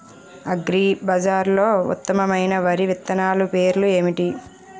అగ్రిబజార్లో ఉత్తమమైన వరి విత్తనాలు పేర్లు ఏంటి?